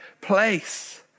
place